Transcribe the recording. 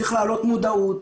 צריך להעלות מודעות,